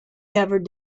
never